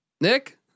Nick